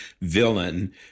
villain